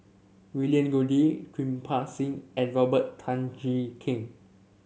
William Goode Kirpal Singh and Robert Tan Jee Keng